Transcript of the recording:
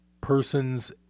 person's